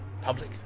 Public